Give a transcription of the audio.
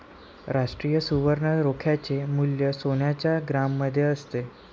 राष्ट्रीय सुवर्ण रोख्याचे मूल्य सोन्याच्या ग्रॅममध्ये असते